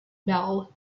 bell